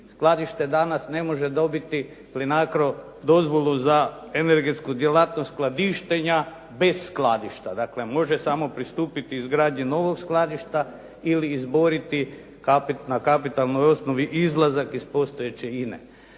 skladište danas ne može dobiti Plinacro dozvolu za energetsku djelatnost skladištenja bez skladišta. Dakle može samo pristupiti izgradnji novog skladišta ili izboriti na kapitalnoj osnovi izlazak iz postojeće INA-e.